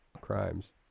crimes